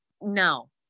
no